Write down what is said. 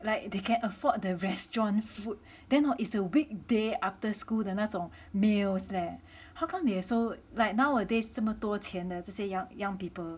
like they can afford the restaurant food then hor is a weekday after school 的那种 meals leh how come they are so like nowadays 这么多钱呢这些 young young people